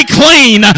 clean